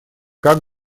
как